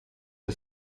are